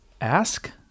ask